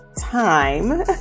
time